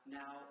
now